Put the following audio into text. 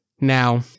Now